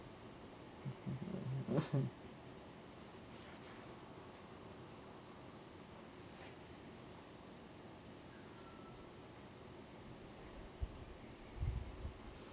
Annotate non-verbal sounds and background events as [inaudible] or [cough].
[noise]